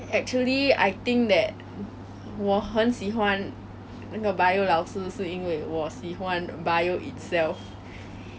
you understand it better and you can just get it straight away so I think that's why she's my favourite 的老师